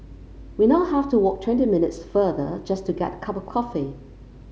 we now have to walk twenty minutes farther just to get a cup of coffee